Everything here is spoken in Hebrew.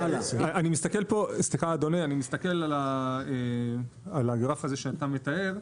אני מסתכל על הגרף הזה שאתה מתאר.